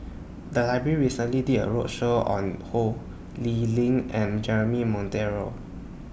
The Library recently did A roadshow on Ho Lee Ling and Jeremy Monteiro